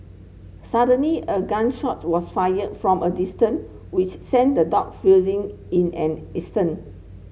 suddenly a gun shot was fired from a distant which sent the dog in an instant